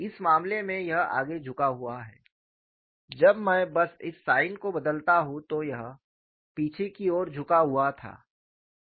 इस मामले में यह आगे झुका हुआ है जब मैं बस इस साइन को बदलता हूँ तो यह पीछे की ओर झुका हुआ होता है